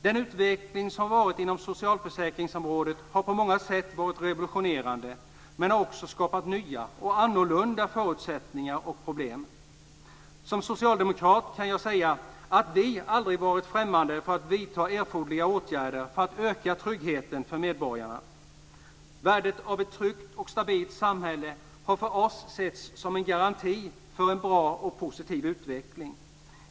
Den utveckling som varit inom socialförsäkringsområdet har på många sätt varit revolutionerande men har också skapat nya och annorlunda förutsättningar och problem. Som socialdemokrat kan jag säga att vi aldrig har varit främmande för att vidta erforderliga åtgärder för att öka tryggheten för medborgarna. Värdet av ett tryggt och stabilt samhälle har av oss setts som en garanti för en bra och positiv utveckling.